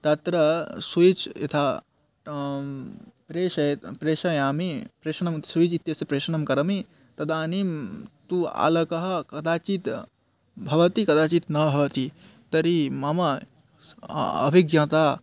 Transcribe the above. तत्र सुयिच् यथा प्रेषयति प्रेषयामि प्रेषणं स्वीज् इत्यस्य प्रेषणं करोमि तदानीं तु अलकः कदाचित् भवति कदाचित् न भवति तर्हि मम अभिज्ञाता